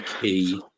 key